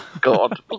God